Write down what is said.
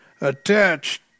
Attached